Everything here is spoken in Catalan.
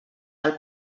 del